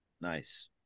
Nice